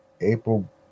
April